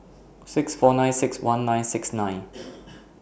six four nine six one nine six nine